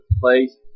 place